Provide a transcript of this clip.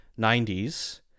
90s